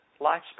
lifespan